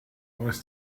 aus